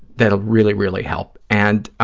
that'll really, really help. and